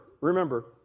remember